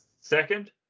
Second